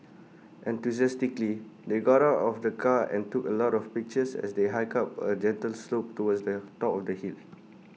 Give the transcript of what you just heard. enthusiastically they got out of the car and took A lot of pictures as they hiked up A gentle slope towards the top of the hill